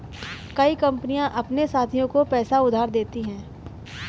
कई कंपनियां अपने साथियों को पैसा उधार देती हैं